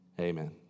Amen